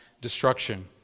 destruction